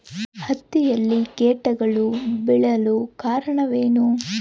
ಹತ್ತಿಯಲ್ಲಿ ಕೇಟಗಳು ಬೇಳಲು ಕಾರಣವೇನು?